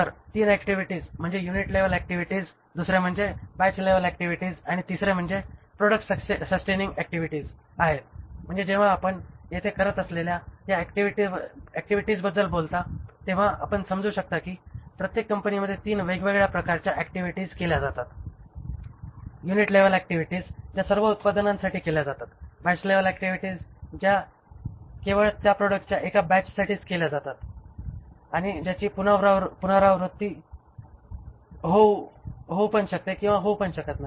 तर 3 ऍक्टिव्हिटीज म्हणजे unit level activities दुसरे म्हणजे बॅच लेवल ऍक्टिव्हिटीज आणि तिसरे म्हणजे प्रॉडक्ट सस्टेनिंग ऍक्टिव्हिटीज आहेत म्हणजे जेव्हा आपण येथे करत असलेल्या या ऍक्टिव्हिटीजबद्दल बोलता तेव्हा आपण समजू शकता की प्रत्येक कंपनीमध्ये 3 वेगवेगळ्या प्रकारच्या ऍक्टिव्हिटीज केल्या जातात युनिट लेवल ऍक्टिव्हिटीज ज्या सर्व उत्पादनांसाठी केल्या जातात बॅच लेवल ऍक्टिव्हिटीज केवळ त्या प्रोडक्ट्च्या एका बॅचसाठीच केल्या जातात ज्याची पुनरावृत्ती होऊ पण शकते किंवा होऊ पण शकत नाही